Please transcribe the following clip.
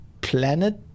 planet